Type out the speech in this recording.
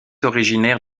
originaire